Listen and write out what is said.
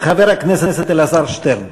חבר הכנסת אלעזר שטרן.